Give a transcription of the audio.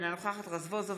אינה נוכחת יואל רזבוזוב,